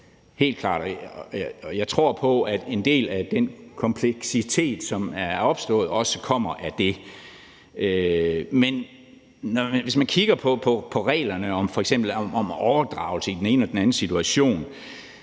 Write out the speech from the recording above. helt klart, og jeg tror på, at en del af den kompleksitet, som er opstået, også kommer af det, men hvis man kigger på reglerne om f.eks. overdragelse i den ene og den anden situation